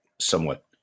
somewhat